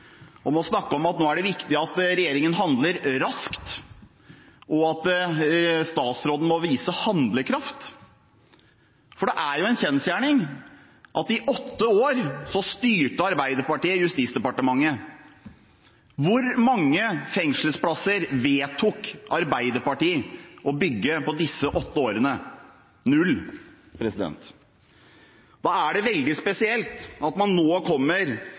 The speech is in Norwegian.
snakke om at nå er det viktig at regjeringen handler raskt, og at statsråden må vise handlekraft. Det er en kjensgjerning at i åtte år styrte Arbeiderpartiet Justisdepartementet. Hvor mange fengselsplasser vedtok Arbeiderpartiet å bygge på disse åtte årene? – Null. Da er det veldig spesielt at man nå kommer